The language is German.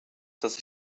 dass